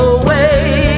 away